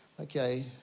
Okay